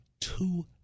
two